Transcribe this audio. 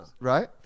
Right